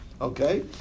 okay